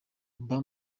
mba